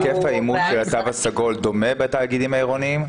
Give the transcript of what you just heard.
היקף האימוץ של התו הסגול דומה בתאגידים העירוניים?